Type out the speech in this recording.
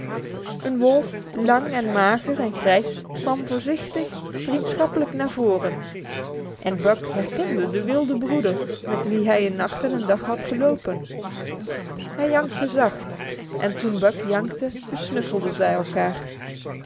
een wolf lang en mager en grijs kwam voorzichtig vriendschappelijk naar voren en buck herkende den wilden broeder met wien hij een nacht en een dag had gelopen hij jankte zacht en toen buck jankte besnuffelden zij elkaar